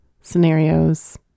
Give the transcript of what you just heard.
scenarios